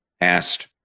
asked